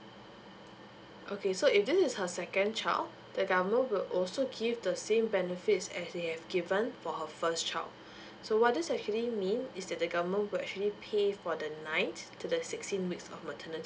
okay so if this is her second child the government will also give the same benefits as they have given for her first child so what this actually mean is that the government will actually pay for the ninth to the sixteen week of maternity